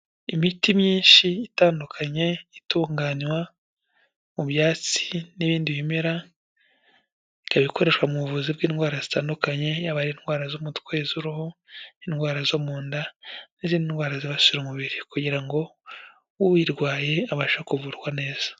Imiti myinshi itandukanye itunganywa mu byatsi n'ibindi bimera, ikaba ikoreshwa mu buvuzi bw'indwara zitandukanye, yaba ari indwara z'umutwe, z'uruhu, indwara zo mu nda n'iz'indwara zibasira umubiri kugira ngo uyirwaye abasha kuvurwa neza.